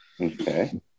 Okay